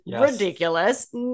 ridiculous